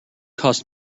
costs